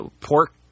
pork